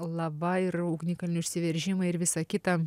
lava ir ugnikalnių išsiveržimai ir visa kita